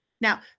Now